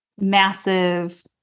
massive